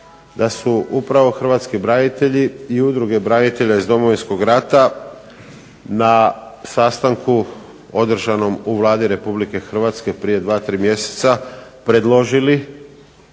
da su upravo hrvatski branitelji i udruge branitelja iz Domovinskog rata na sastanku održanom u Vladi Republike Hrvatske prije 2, 3 mjeseca predložili